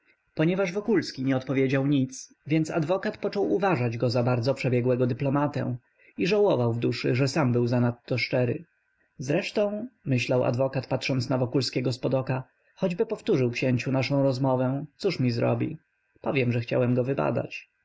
ponieważ wokulski nie odpowiedział nic więc adwokat począł uważać go za bardzo przebiegłego dyplomatę i żałował w duszy że sam był zanadto szczery zresztą myślał adwokat patrząc na wokulskiego z pod oka choćby powtórzył księciu naszę rozmowę cóż mi zrobi powiem że chciałem go wybadać